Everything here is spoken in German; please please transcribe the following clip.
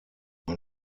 man